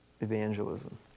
evangelism